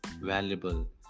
valuable